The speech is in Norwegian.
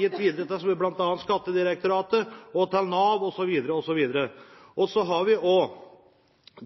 gitt videre til bl.a. Skattedirektoratet og til Nav, osv. osv. Det ble sagt at